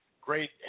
great